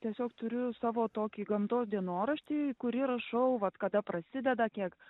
tiesiog turiu savo tokį gamtos dienoraštį kurį rašau vat kada prasideda tiek